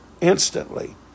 instantly